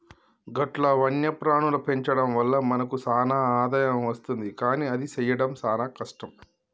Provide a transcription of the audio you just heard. గట్ల వన్యప్రాణుల పెంచడం వల్ల మనకు సాన ఆదాయం అస్తుంది కానీ అది సెయ్యడం సాన కష్టం